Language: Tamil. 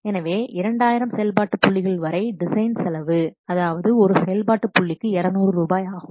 எனவே 2000 செயல்பாட்டு புள்ளிகள் வரை டிசைன் செலவு அதாவது ஒரு செயல்பாட்டு புள்ளிக்கு 200 ரூபாய் ஆகும்